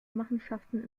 machenschaften